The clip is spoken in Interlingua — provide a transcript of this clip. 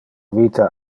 vita